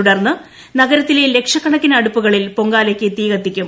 തുടർന്ന് നഗരത്തിലെ ലക്ഷക്കണക്കിന് അടുപ്പുക്ടളിൽ പൊങ്കാലയ്ക്ക് തീ പകരും